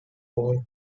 all